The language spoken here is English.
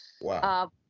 Wow